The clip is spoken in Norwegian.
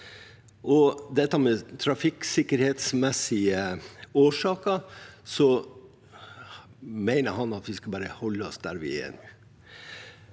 mye. Av trafikksikkerhetsmessige årsaker mener han at vi bare skal holde oss der vi er.